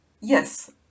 Yes